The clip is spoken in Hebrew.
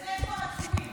בזה כבר יש עצורים.